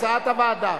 הצעת הוועדה.